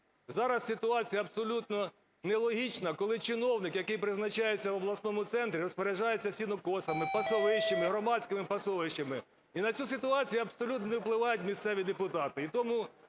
Зараз ситуація абсолютно нелогічна. Коли чиновник, який призначається в обласному центрі, розпоряджається сінокосами, пасовищами, громадськими пасовищами. І на цю ситуацію абсолютно не впливають місцеві депутати.